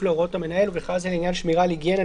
להוראות המנהל ובכלל זה לעניין שמירה על היגיינה,